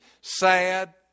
sad